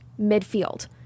midfield